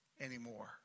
anymore